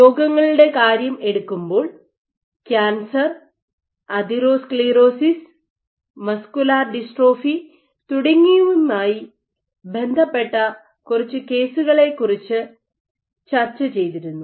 രോഗങ്ങളുടെ കാര്യം എടുക്കുമ്പോൾ കാൻസർ അതിറോസ്ക്ളിറോസിസ് മസ്കുലർ ഡിസ്ട്രോഫി തുടങ്ങിയവയുമായി ബന്ധപ്പെട്ട കുറച്ച് കേസുകളെക്കുറിച്ച് ചർച്ച ചെയ്തിരുന്നു